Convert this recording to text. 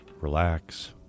relax